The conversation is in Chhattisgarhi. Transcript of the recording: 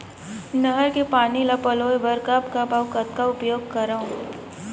नहर के पानी ल पलोय बर कब कब अऊ कतका उपयोग करंव?